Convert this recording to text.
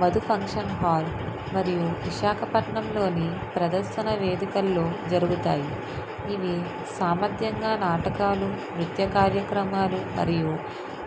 Madhu function hall మరియు విశాఖపట్నంలోని ప్రదర్శన వేదికల్లో జరుగుతాయి ఇవి సామర్ధ్యంగా నాటకాలు నృత్య కార్యక్రమాలు మరియు